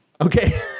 Okay